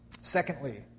Secondly